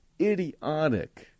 idiotic